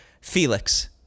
Felix